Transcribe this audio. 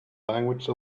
language